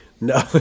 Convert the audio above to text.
no